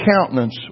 countenance